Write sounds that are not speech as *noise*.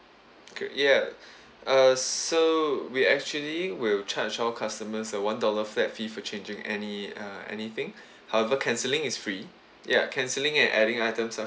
okay ya *breath* uh so we actually will charge all customers a one dollar flat fee for changing any uh anything *breath* however cancelling is free ya cancelling and adding items are